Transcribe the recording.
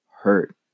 hurt